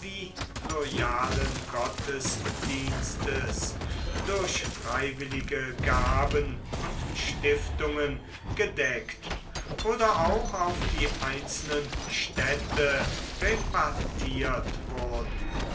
loyalen gottesdienstes durch freiwillige gaben und stiftungen gedeckt oder auch auf die einzelnen städte repartiert wurden